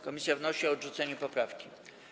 Komisja wnosi o odrzucenie poprawki.